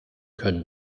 können